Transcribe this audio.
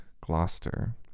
Gloucester